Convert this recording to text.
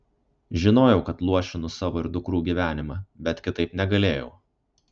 žinojau kad luošinu savo ir dukrų gyvenimą bet kitaip negalėjau